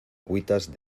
cuitas